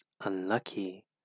unlucky